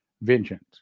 vengeance